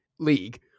league